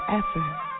effort